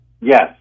Yes